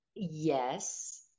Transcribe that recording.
Yes